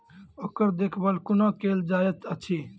ओकर देखभाल कुना केल जायत अछि?